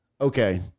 okay